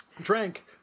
Drank